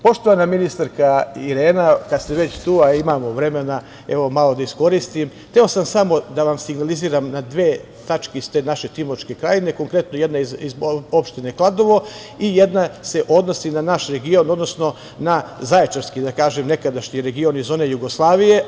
Poštovana ministarka Irena, kad ste već tu, a imamo vremena, evo, malo da iskoristim, hteo sam samo da vam signaliziram dve tačke iz te naše Timočke krajine, konkretno jedna iz opštine Kladovo i jedna se odnosi na naš region, odnosno na Zaječarski nekadašnji region iz one Jugoslavije.